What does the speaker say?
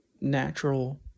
natural